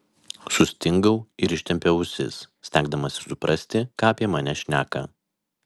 sustingau ir ištempiau ausis stengdamasis suprasti ką apie mane šneka